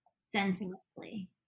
senselessly